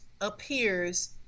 appears